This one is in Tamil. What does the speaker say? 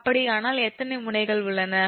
அப்படியானால் எத்தனை முனைகள் உள்ளன